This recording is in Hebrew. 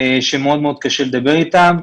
שמאוד מאוד קשה לדבר איתם.